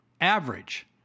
Average